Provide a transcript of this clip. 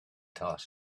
thought